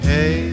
Hey